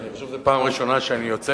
כי אני חושב שזאת הפעם הראשונה שאני יוצא